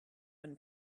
when